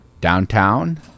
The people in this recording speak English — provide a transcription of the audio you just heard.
downtown